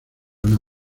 una